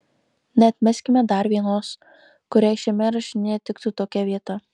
neatmeskime dar vienos kuriai šiame rašinyje tiktų tokia vieta